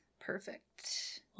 perfect